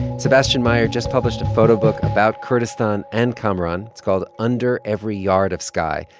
sebastian meyer just published a photobook about kurdistan and kamaran. it's called under every yard of sky.